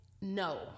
No